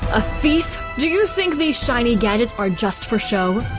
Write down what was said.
a thief? do you think these shiny gadgets are just for show?